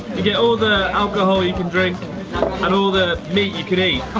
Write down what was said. you get all the alcohol you can drink and all the meat you can eat.